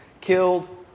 killed